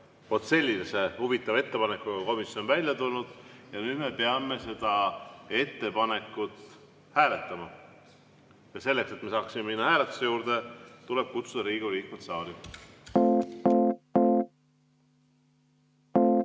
Sellise huvitava ettepanekuga on komisjon välja tulnud ja nüüd me peame seda ettepanekut hääletama. Selleks, et me saaksime minna hääletuse juurde, tuleb kutsuda Riigikogu